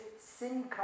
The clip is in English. sin